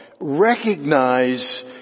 recognize